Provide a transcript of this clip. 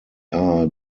are